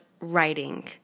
writing